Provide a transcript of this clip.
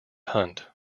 hunt